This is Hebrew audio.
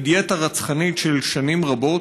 מדיאטה רצחנית של שנים רבות.